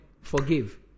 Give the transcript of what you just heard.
forgive